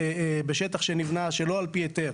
בשטח שנבנה שלא על פי היתר,